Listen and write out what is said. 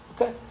Okay